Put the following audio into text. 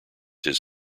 his